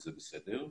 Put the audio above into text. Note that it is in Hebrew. זה בסדר,